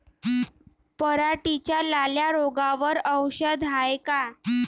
पराटीच्या लाल्या रोगावर औषध हाये का?